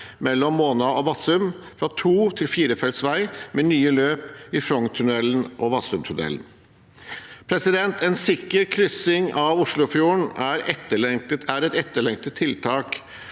mellom Måna og Vassum fra to- til firefelts vei, med nye løp i Frogntunnelen og Vassumtunnelen. En sikker kryssing av Oslofjorden er et etterlengtet tiltak